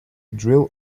drill